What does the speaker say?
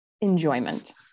enjoyment